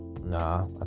Nah